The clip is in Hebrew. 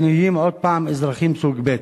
ונהיים עוד פעם אזרחים סוג ב'.